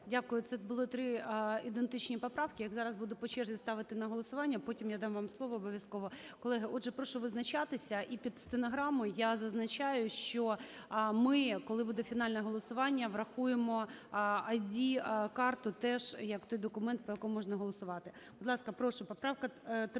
Дякую. Це були три ідентичні поправки. Я зараз буду по черзі ставити на голосування, потім я дам вам слово обов'язково. Колеги, отже, прошу визначатися. І під стенограму я зазначаю, що ми, коли буде фінальне голосування, врахуємо ID-карту теж як той документ, по якому можна голосувати. Будь ласка, прошу поправка 13-а.